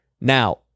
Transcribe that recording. Now